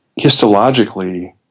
histologically